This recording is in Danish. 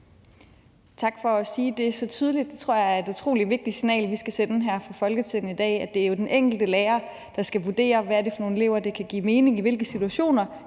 Tak for at sige det så tydeligt. Jeg tror, deter et utrolig vigtigt signal at sende her fra Folketinget i dag, at det jo er den enkelte lærer, der skal vurdere, hvad det er for nogle elever, det kan give mening for, og i hvilke situationer